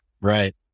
Right